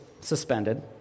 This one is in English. suspended